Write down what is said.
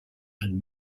and